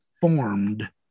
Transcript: formed